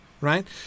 right